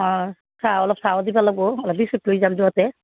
অঁ চাহ অলপ চাহো দিব লাগিব অলপ বিছকুট লৈ যাম যাওঁতে